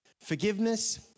Forgiveness